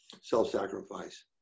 self-sacrifice